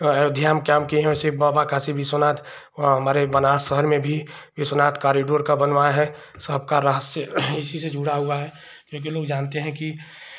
अयोध्या में काम किए हैं वैसे बाबा काशी विश्वनाथ वहाँ हमारे बनारस शहर में भी विश्वनाथ कॉरीडोर का बनवाएँ हैं सबका रहस्य इसीसे जुड़ा हुआ है क्योंकि लोग जानते हैं कि